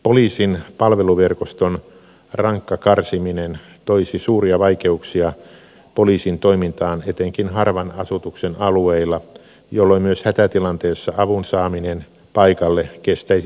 poliisin palveluverkoston rankka karsiminen toisi suuria vaikeuksia poliisin toimintaan etenkin harvan asutuksen alueilla jolloin myös hätätilanteessa avun saaminen paikalle kestäisi nykyistäkin kauemmin